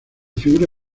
figura